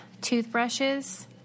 toothbrushes